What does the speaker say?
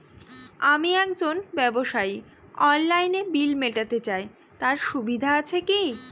আমি একজন ব্যবসায়ী অনলাইনে বিল মিটাতে চাই তার সুবিধা আছে কি?